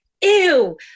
ew